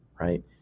right